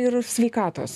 ir sveikatos